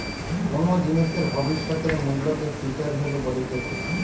কোনো জিনিসের ভবিষ্যতের মূল্যকে ফিউচার ভ্যালু বলতিছে